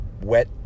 wet